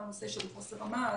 על הנושא של חוסר המעש.